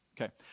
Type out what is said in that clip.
okay